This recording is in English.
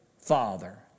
Father